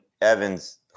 Evans